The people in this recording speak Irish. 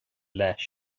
leis